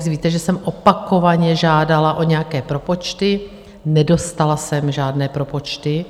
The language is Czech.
Víte, že jsem opakovaně žádala o nějaké propočty, nedostala jsem žádné propočty.